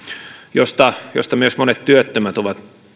siitä myös monet työttömät ovat